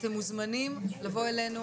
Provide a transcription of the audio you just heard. אתם מוזמנים לבוא אלינו,